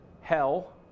hell